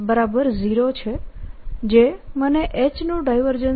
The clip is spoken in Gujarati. B0 છે જે મને H નું ડાયવર્જન્સ